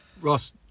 Ross